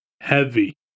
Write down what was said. heavy